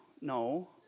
no